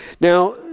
Now